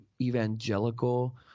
evangelical